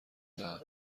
دهم